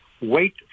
wait